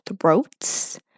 throats